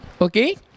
Okay